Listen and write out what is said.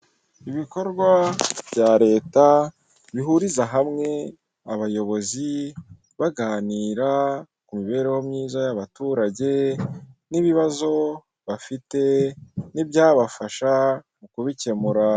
Ibikorwa bya leta bihuriza hamwe abayobozi baganira ku mibereho myiza y abaturage n'ibibazo bafite n'byabafasha mu kubikemura.